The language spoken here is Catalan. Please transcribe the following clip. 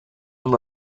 amb